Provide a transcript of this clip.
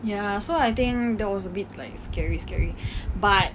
ya so I think that was a bit like scary scary but